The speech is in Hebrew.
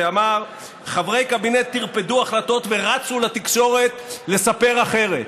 שאמר: חברי קבינט טרפדו החלטות ורצו לתקשורת לספר אחרת.